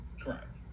correct